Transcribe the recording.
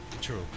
True